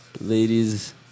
ladies